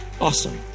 Awesome